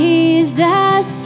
Jesus